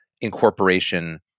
incorporation